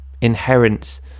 inherent